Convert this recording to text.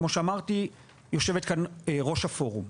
כמו שאמרתי, יושבת כאן ראש הפורום.